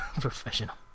Professional